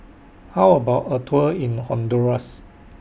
How about A Tour in Honduras